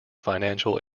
financial